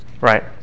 Right